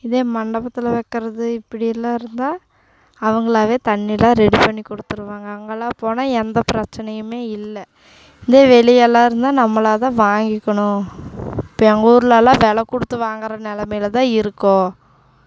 இதே மண்டபத்தில் வைக்கிறது இப்படிலாம் இருந்தால் அவர்களாவே தண்ணியெலாம் ரெடி பண்ணி கொடுத்துருவாங்க அங்கெல்லாம் போனால் எந்த பிரச்சினையுமே இல்லை இதே வெளியெல்லாம் இருந்தால் நம்மளாக தான் வாங்கிக்கணும் இப்போ எங்கள் ஊர்லெலாம் விலை கொடுத்து வாங்கிற நிலமையில தான் இருக்கோம்